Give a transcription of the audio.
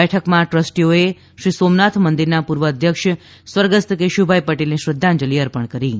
બેઠકમાં ટ્રસ્ટીઓએ શ્રીસોમનાથ મંદિરના પૂર્વ અધ્યક્ષ સ્વર્ગસ્થ કેશુભાઈ પટેલને શ્રધ્ધાંજલિ અર્પણ કરી હતી